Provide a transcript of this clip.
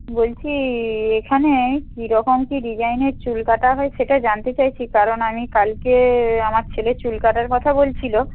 বলছি এখানে কীরকম কী ডিজাইনের চুল কাটা হয় সেটা জানতে চাইছি কারণ আমি কালকে আমার ছেলে চুল কাটার কথা বলছিল